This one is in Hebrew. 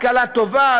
השכלה טובה,